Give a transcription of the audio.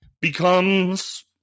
becomes